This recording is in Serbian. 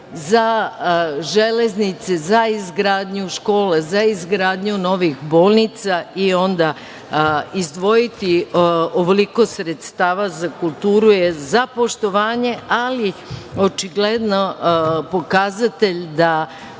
za železnice, za izgradnju škola, za izgradnju novih bolnica i onda izdvojiti ovoliko sredstava za kulturu je za poštovanje, ali očigledno pokazatelj da